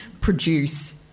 produce